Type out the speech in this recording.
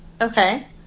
Okay